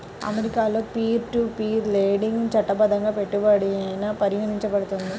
అమెరికాలో peer to peer lending చట్టబద్ధంగా పెట్టుబడిగా పరిగణించబడుతుంది